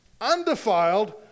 undefiled